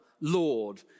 Lord